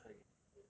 angela tried it